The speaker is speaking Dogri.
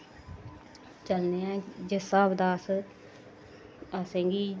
चलने आं जिस स्हाब दा अस असेंगी